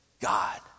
God